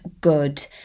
good